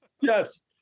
yes